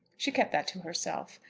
she kept that to herself.